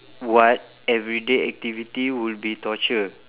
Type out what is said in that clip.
what everyday activity will be torture